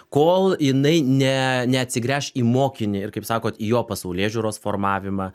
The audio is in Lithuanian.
kol jinai ne neatsigręš į mokinį ir kaip sakot į jo pasaulėžiūros formavimą